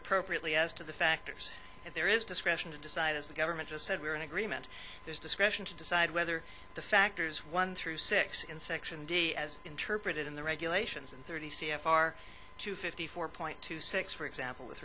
appropriately as to the factors and there is discretion to decide as the government just said we're in agreement there's discretion to decide whether the factors one through six in section d as interpreted in the regulations and thirty c f r two fifty four point two six for example with